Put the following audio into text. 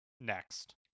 next